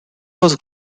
was